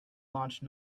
launched